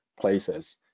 places